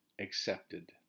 accepted